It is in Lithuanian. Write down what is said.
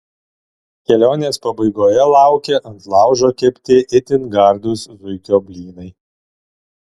kelionės pabaigoje laukia ant laužo kepti itin gardūs zuikio blynai